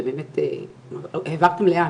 העברתם לאן?